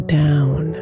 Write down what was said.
down